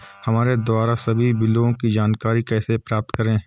हमारे द्वारा सभी बिलों की जानकारी कैसे प्राप्त करें?